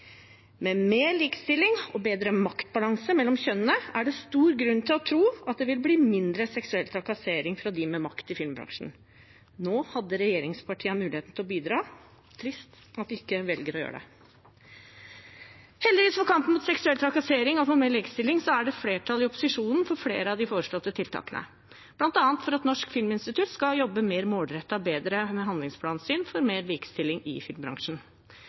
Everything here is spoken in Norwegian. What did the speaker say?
Med mer likestilling og bedre maktbalanse mellom kjønnene er det stor grunn til å tro at det vil bli mindre seksuell trakassering fra dem med makt i filmbransjen. Nå hadde regjeringspartiene muligheten til å bidra. Det er trist at de ikke velger å gjøre det. Heldigvis for kampen mot seksuell trakassering og for mer likestilling er det flertall i opposisjonen for flere av de foreslåtte tiltakene, bl.a. for at Norsk filminstitutt skal jobbe mer målrettet og bedre med sin handlingsplan for mer likestilling i filmbransjen.